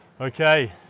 Okay